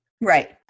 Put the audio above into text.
Right